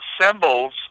symbols